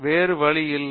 வேறு வழி இல்லை